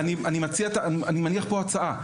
אני מניח פה הצעה,